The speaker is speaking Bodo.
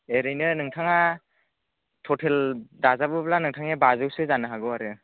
ओरैनो नोंथाङा टटेल दाजाबोब्ला नोंथांनिया बाजौसो जानो हागौ आरो